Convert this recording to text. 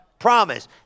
Promise